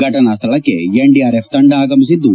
ಫಟನಾ ಸ್ವಳಕ್ಷಿ ಎನ್ಡಿಆರ್ಎಫ್ ತಂಡ ಆಗಮಿಸಿದ್ದು